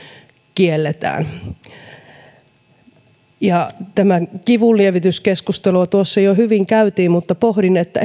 kielletään tätä kivunlievityskeskustelua tuossa jo hyvin käytiin mutta pohdin että